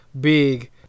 big